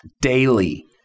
daily